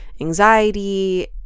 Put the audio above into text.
anxiety